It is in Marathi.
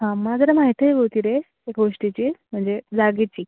हां मला जरा माहिती हवी होती रे एका गोष्टीची म्हणजे जागेची